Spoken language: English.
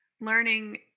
learning